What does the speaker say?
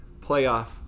playoff